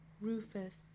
rufus